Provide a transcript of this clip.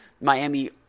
Miami